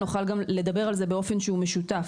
נוכל גם לדבר על זה באופן שהוא משותף,